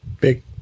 big